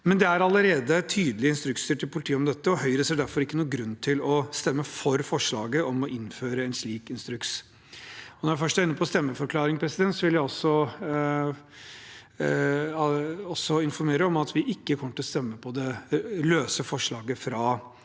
imidlertid allerede tydelige instrukser til politiet om dette, og Høyre ser derfor ikke noen grunn til å stemme for forslaget om å innføre en slik instruks. Når jeg først er inne på stemmeforklaring, vil jeg også informere om at vi ikke kommer til å stemme for det